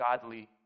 godly